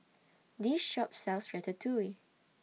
This Shop sells Ratatouille